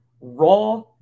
raw